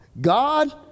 God